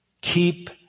keep